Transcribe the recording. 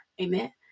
Amen